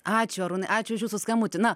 ačiū arūnai ačiū už jūsų skambutį na